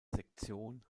sektion